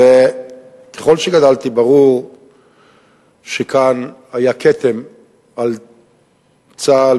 וככל שגדלתי ברור שכאן היה כתם על צה"ל,